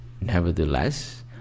nevertheless